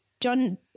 John